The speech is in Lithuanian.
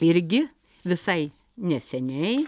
irgi visai neseniai